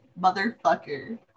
Motherfucker